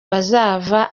bazava